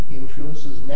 influences